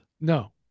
No